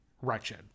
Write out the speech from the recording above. wretched